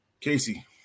Casey